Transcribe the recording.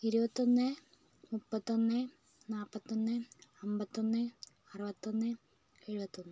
ഇരുപത്തി ഒന്ന് മുപ്പത്തി ഒന്ന് നാൽപ്പത്തി ഒന്ന് അൻപത്തി ഒന്ന് അറുപത്തി ഒന്ന് എഴുപത്തി ഒന്ന്